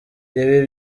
ibi